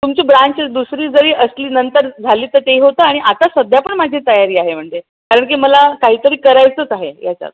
तुमची ब्रांच दुसरी जरी असली नंतर झाली तर ते होतं आणि आता सध्या पण माझी तयारी आहे म्हणजे कारण की मला काही तरी करायचंच आहे याच्यात